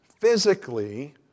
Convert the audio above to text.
physically